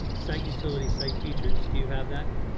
site utility, site features, do you have that?